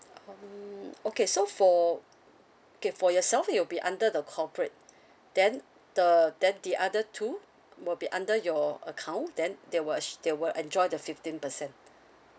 um okay so for K for yourself you'll be under the corporate then the then the other two will be under your account then there wis there will enjoy the fifteen percent